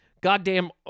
goddamn